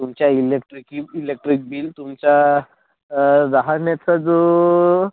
तुमच्या इलेक्ट्रिकी electric bill तुमचा राहण्याचा जो